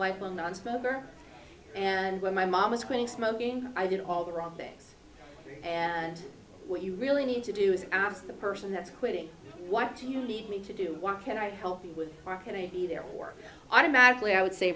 lifelong nonsmoker and when my mom was quitting smoking i did all the wrong things and what you really need to do is ask the person that's quitting what do you need me to do what can i help you with are going to be there or automatically i would say